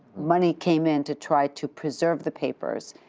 money came in to try to preserve the papers,